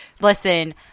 listen